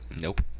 Nope